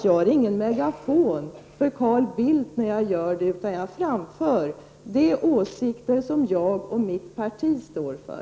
Jag är ingen megafon för Carl Bildt när jag gör det, utan jag framför de åsikter som jag och mitt parti står för.